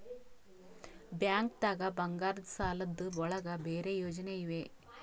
ಬ್ಯಾಂಕ್ದಾಗ ಬಂಗಾರದ್ ಸಾಲದ್ ಒಳಗ್ ಬೇರೆ ಯೋಜನೆ ಇವೆ?